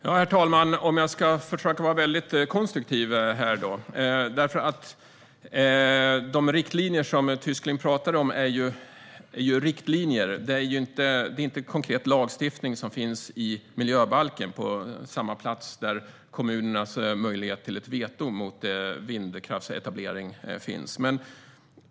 Herr talman! Jag ska försöka att vara väldigt konstruktiv. De riktlinjer som Tysklind talar om är just riktlinjer - det är inte konkret lagstiftning, som finns i miljöbalken på samma plats som kommunernas möjlighet till ett veto mot vindkraftsetablering.